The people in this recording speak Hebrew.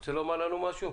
רוצה לומר לנו משהו?